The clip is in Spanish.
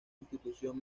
institución